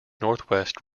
northwest